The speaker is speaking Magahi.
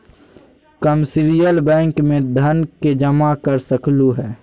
कमर्शियल बैंक में धन के जमा कर सकलु हें